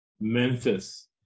Memphis